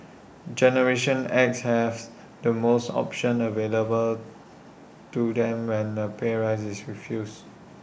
generation X has the most options available to them when A pay rise is refused